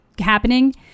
happening